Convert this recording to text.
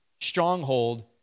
stronghold